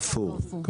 Carrefour.